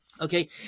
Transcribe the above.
Okay